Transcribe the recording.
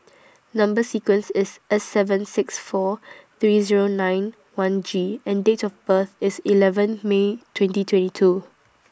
Number sequence IS S seven six four three Zero nine one G and Date of birth IS eleven May twenty twenty two